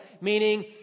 meaning